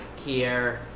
Kier